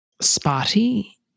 spotty